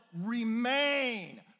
remain